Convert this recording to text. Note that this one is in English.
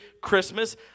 Christmas